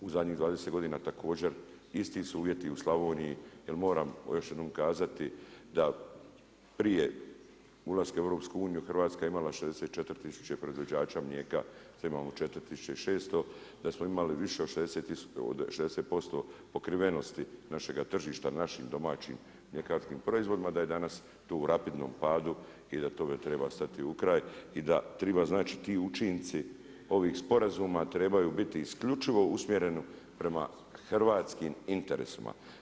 U zadnjih 20 godina također isti su uvjeti i u Slavoniji jer moram još jednom kazati da prije ulaska u EU 64 tisuća proizvođača mlijeka, sada imamo 4600, da smo imali više od 60% pokrivenosti našega tržišta našim domaćim mljekarskim proizvodima, da je danas to u rapidnom padu i da tome treba stati u kraj i da triba znači ti učinci ovih sporazuma trebaju biti isključivo usmjereni prema hrvatskim interesima.